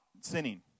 sinning